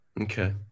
Okay